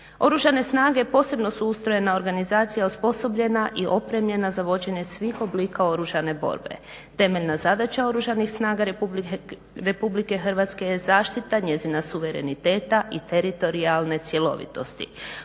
Oružane snage posebno su ustrojena organizacija osposobljena i opremljena za vođenje svih oblika oružane borbe. Temeljna zadaća Oružanih snaga RH je zaštita njezina suvereniteta i teritorijalne cjelovitosti.